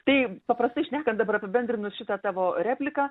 tai paprastai šnekant dabar apibendrinus šitą tavo repliką